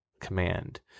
command